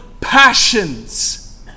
Passions